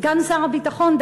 סגן שר הביטחון.